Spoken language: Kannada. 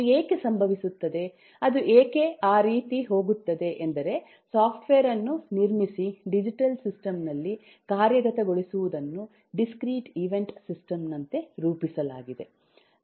ಅದು ಏಕೆ ಸಂಭವಿಸುತ್ತದೆ ಅದು ಏಕೆ ಆ ರೀತಿ ಹೋಗುತ್ತದೆ ಎಂದರೆ ಸಾಫ್ಟ್ವೇರ್ ಅನ್ನು ನಿರ್ಮಿಸಿ ಡಿಜಿಟಲ್ ಸಿಸ್ಟಮ್ ನಲ್ಲಿ ಕಾರ್ಯಗತಗೊಳಿಸುವುದನ್ನು ಡಿಸ್ಕ್ರೀಟ್ ಈವೆಂಟ್ ಸಿಸ್ಟಮ್ನಂತೆ ರೂಪಿಸಲಾಗಿದೆ